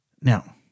Now